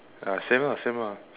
ya same lah same lah